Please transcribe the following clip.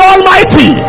Almighty